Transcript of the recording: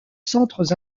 centres